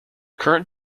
current